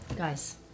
Guys